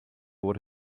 what